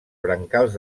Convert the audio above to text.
brancals